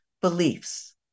beliefs